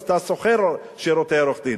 אז אתה שוכר שירותי עורך-דין.